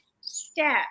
step